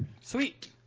Sweet